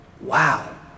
Wow